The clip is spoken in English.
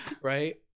Right